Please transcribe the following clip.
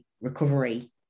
recovery